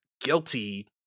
guilty